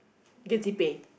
yes he pay